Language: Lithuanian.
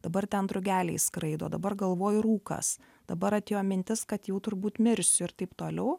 dabar ten drugeliai skraido dabar galvoj rūkas dabar atėjo mintis kad jau turbūt mirsiu ir taip toliau